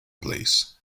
place